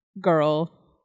girl